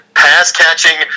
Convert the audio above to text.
pass-catching